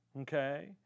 Okay